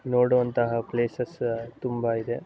ನೋಡುವಂತಹ ಪ್ಲೇಸಸ್ಸ ತುಂಬ ಇದೆ